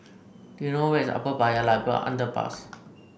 do you know where is Upper Paya Lebar Underpass